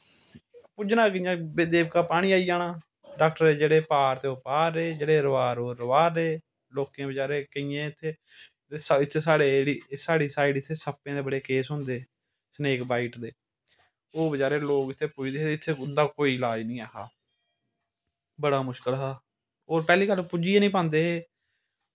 पुज्जना कियां देवका पानी आई जाना डॉक्टर जेह्ड़े पार ते ओह् पार रेह् ते जेह्ड़े रोआर ते ओह् रोआर रेह् लोकें बचारें कोईयें इत्थें इत्थें साढ़े जेह्ड़ी साढ़ी साईड इत्थें सप्पें दे बड़े केस होंदे सनेक बॉईट दे ओह् बचारे लोग इत्थें पुज्जदे हे ते इत्थें उंदी कोई इलाज़ नी ऐहा बड़ा मुश्कल हा और पैह्ली गल्ल पुज्जी गै नी पांदे हे